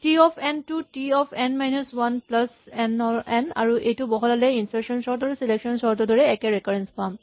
T of n টো T of n minus one plus n আৰু এইটো বহলালে ইনচাৰ্চন চৰ্ট আৰু চিলেকচন চৰ্ট ৰ দৰে একে ৰেকাৰেঞ্চ পাম